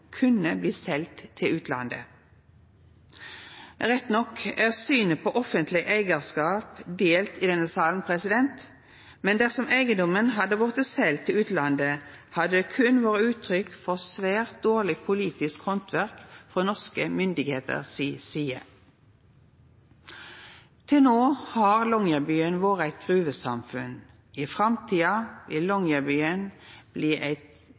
kunne bli seld til utlandet. Rett nok er synet på offentleg eigarskap delt i denne salen, men dersom eigedomen hadde blitt seld til utlandet, hadde det berre vore uttrykk for svært dårleg politisk handverk frå norske myndigheiter si side. Til no har Longyearbyen vore eit gruvesamfunn. I framtida vil Longyearbyen bli eit